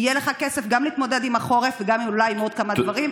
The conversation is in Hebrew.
יהיה לך כסף גם להתמודד עם החורף וגם אולי עם עוד כמה דברים,